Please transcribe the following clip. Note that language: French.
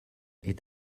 est